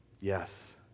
yes